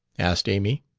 asked amy.